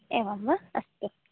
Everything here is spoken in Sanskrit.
एवं वा अस्तु